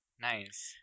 nice